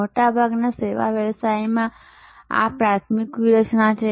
મોટાભાગના સેવા વ્યવસાયોમાં આ પ્રાથમિક વ્યૂહરચના છે